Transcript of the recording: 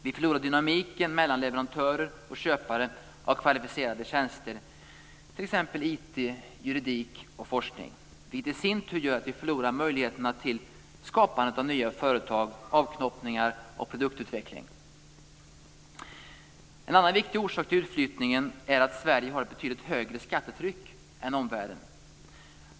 Vi förlorar dynamiken mellan leverantörer och köpare av kvalificerade tjänster, t.ex. IT, juridik och forskning, vilket i sin tur gör att vi förlorar möjligheterna till skapande av nya företag, avknoppningar och produktutveckling. En annan viktig orsak till utflyttningen är att Sverige har ett betydligt högre skattetryck än omvärlden.